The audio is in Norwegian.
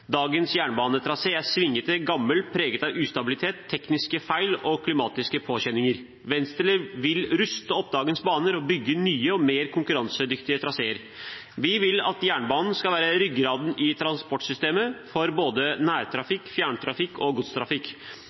Dagens jernbanetrasé er svingete, gammel, preget av ustabilitet, tekniske feil og klimatiske påkjenninger. Venstre vil ruste opp dagens baner og bygge nye og mer konkurransedyktige traseer. Vi vil at jernbanen skal være ryggraden i transportsystemet for både nærtrafikk, fjerntrafikk og godstrafikk.